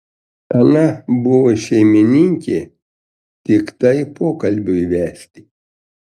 ana buvo šeimininkė tiktai pokalbiui vesti